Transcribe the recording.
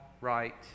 right